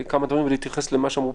ולעשות תיקון.